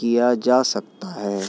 کیا جا سکتا ہے